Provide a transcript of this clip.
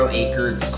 acres